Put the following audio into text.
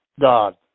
God